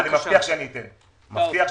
מבטיח שאתן.